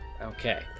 Okay